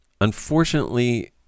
unfortunately